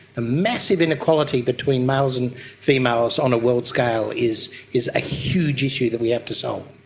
the massive inequality between males and females on a world scale is is a huge issue that we have to solve.